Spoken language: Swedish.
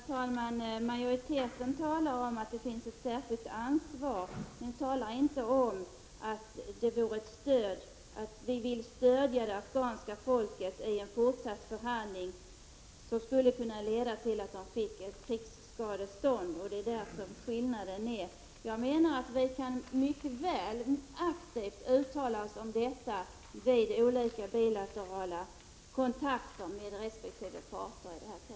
Herr talman! Majoriteten talar om att det finns ett särskilt ansvar men säger inte att vi vill stödja det afghanska folket i en förhandling som skulle kunna leda till att man fick ett krigsskadestånd. Det är skillnaden. Jag menar att vi mycket väl aktivt kan uttala oss om detta vid olika bilaterala kontakter med resp. parter i det här kriget.